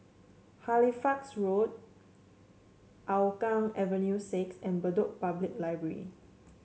Halifax Road Hougang Avenue Six and Bedok Public Library